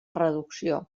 reducció